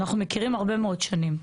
אנחנו מכירים הרבה מאוד שנים.